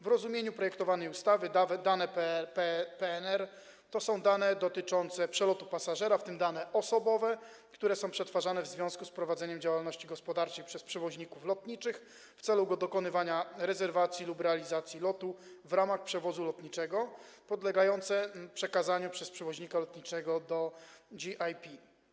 W rozumieniu projektowanej ustawy dane PNR to są dane dotyczące przelotu pasażera, w tym dane osobowe, które są przetwarzane w związku z prowadzeniem działalności gospodarczej przez przewoźników lotniczych w celu dokonywania rezerwacji lub realizacji lotu w ramach przewozu lotniczego, podlegające przekazaniu przez przewoźnika lotniczego do JIP.